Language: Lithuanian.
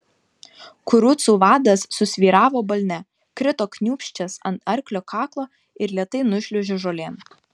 kurucų vadas susvyravo balne krito kniūbsčias ant arklio kaklo ir lėtai nušliuožė žolėn